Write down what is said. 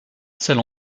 celle